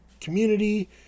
community